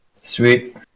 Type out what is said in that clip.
Sweet